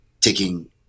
taking